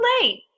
late